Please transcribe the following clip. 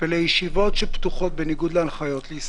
ולישיבות שפתוחות בניגוד להנחיות להיסגר.